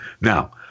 Now